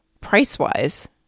price-wise